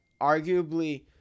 arguably